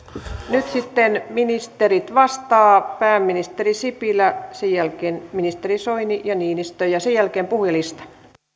nyt ministerit vastaavat pääministeri sipilä sen jälkeen ministerit soini ja niinistö ja sen jälkeen puhujalistaan